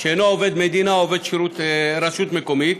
שאינו עובד מדינה או עובד רשות מקומית,